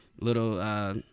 little